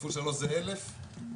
כפול שלושה זה 1,000,